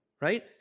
Right